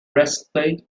breastplate